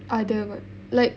other what like